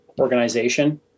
organization